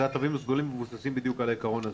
התווים הסגולים מבוססים בדיוק על העיקרון הזה.